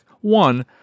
one